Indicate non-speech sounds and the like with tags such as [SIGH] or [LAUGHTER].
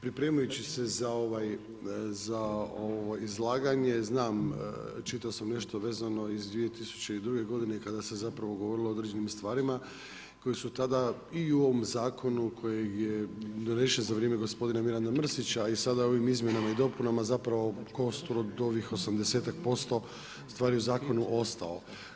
Pripremajući se za ovo izlaganje, znam, čitao sam nešto vezano iz 2002. godine kada se zapravo govorilo o određenim stvarima koje su tada i u ovom Zakonu kojeg je donesen za vrijeme gospodina Miranda Mrsića i sada ovim izmjenama i dopunama zapravo ... [UNINTELLIGIBLE] od ovih 80-ak% stvari u Zakonu ostalo.